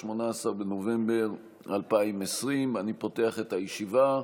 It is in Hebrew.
18 בנובמבר 2020. אני פותח את הישיבה.